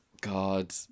God